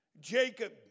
Jacob